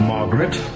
Margaret